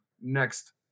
next